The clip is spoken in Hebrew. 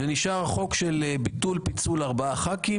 ונשאר החוק של ביטול פיצול ארבעה ח"כים.